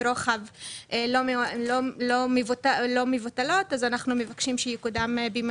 רוחב לא מבוטלות אז אנחנו מבקשים שהיא תקודם בהצעה